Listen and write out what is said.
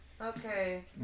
Okay